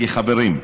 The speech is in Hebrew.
חברים,